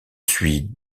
suis